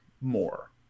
more